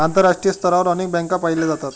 आंतरराष्ट्रीय स्तरावर अनेक बँका पाहिल्या जातात